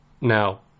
Now